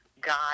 God